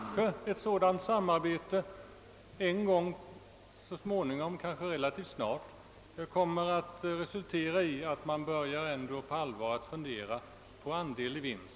Möjligen kan ett sådant samarbete en gång — kanske relativt snart — resultera i att man på allvar börjar fundera på ett system med andel i vinst.